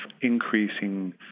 increasing